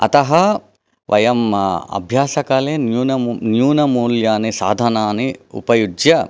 अतः वयम् अभ्यासकाले न्यून न्यूनमूल्यानि साधनानि उपयुज्य